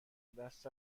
دست